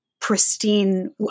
pristine